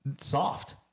soft